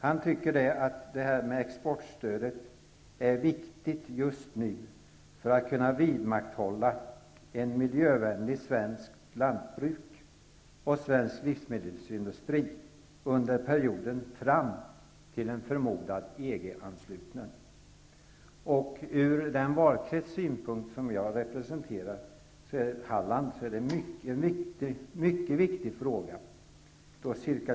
Han tycker att detta med exportstöd är viktigt just nu för att kunna vidmakthålla ett miljövänligt svenskt lantbruk och en svensk livsmedelsindustri under perioden fram till en förmodad EG-anslutning. Från min valkrets synpunkt, Hallands län, är detta en mycket viktig fråga. Ca.